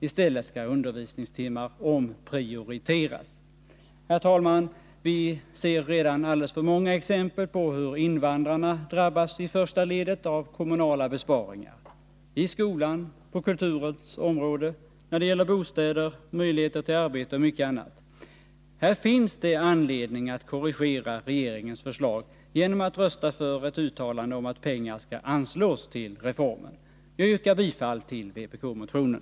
I stället skall undervisningstimmar omprioriteras. Herr talman! Vi ser redan alldeles för många exempel på hur invandrarna drabbas i första ledet av kommunala besparingar — i skolan, på kulturens område, när det gäller bostäder, möjligheter till arbete och mycket annat. Här finns det anledning att korrigera regeringens förslag genom att rösta för ett uttalande om att pengar skall anslås till reformen. Jag yrkar bifall till vpk-motionen.